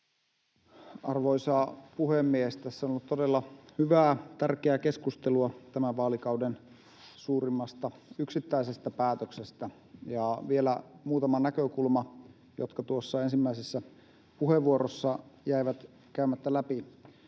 Arvoisa puhemies! Tässä on ollut todella hyvää ja tärkeää keskustelua tämän vaalikauden suurimmasta yksittäisestä päätöksestä. Vielä muutama näkökulma, jotka tuossa ensimmäisessä puheenvuorossa jäivät käymättä läpi: